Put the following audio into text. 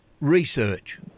research